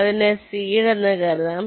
അതിനെ സീഡ് എന്ന് കരുതാം